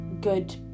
good